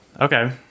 Okay